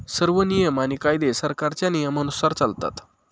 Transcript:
सर्व नियम आणि कायदे सरकारच्या नियमानुसार चालतात